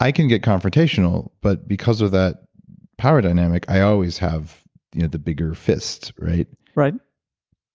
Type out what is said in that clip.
i can get confrontational, but because of that power dynamic, i always have the the bigger fist, right? right